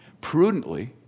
prudently